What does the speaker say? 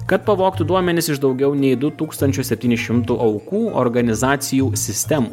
kad pavogtų duomenis iš daugiau nei du tūkstančių septynių šimtų aukų organizacijų sistemų